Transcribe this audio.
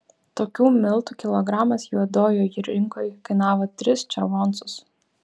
tokių miltų kilogramas juodojoj rinkoj kainavo tris červoncus